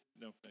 No